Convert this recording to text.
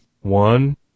One